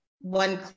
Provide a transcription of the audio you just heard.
one